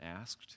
asked